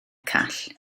call